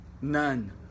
None